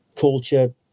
Culture